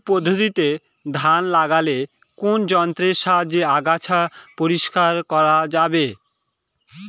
শ্রী পদ্ধতিতে ধান লাগালে কোন যন্ত্রের সাহায্যে আগাছা পরিষ্কার করা যাবে?